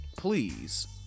Please